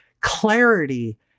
clarity